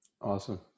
Awesome